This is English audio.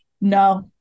no